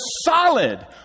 solid